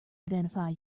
identify